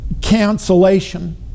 cancellation